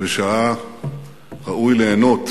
ושהיה ראוי ליהנות